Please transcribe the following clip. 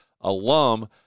alum